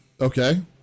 Okay